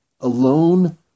alone